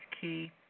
key